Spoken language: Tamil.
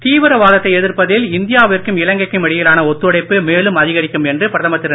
தீவிரவாதத்தை எதிர்ப்பதில் இந்தியாவிற்கும் இலங்கைக்கும் இடையிலான ஒத்துழைப்பு மேலும் அதிகரிக்கும் என்று பிரதமர் திரு